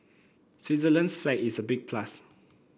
Switzerland's flag is a big plus